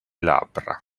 labbra